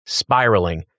spiraling